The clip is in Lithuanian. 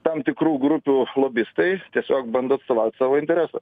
tam tikrų grupių lobistai tiesiog bando atstovaut savo interesą